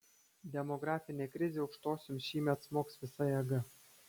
demografinė krizė aukštosioms šįmet smogs visa jėga